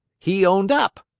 he owned up.